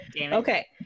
Okay